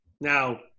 Now